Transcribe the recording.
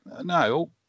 no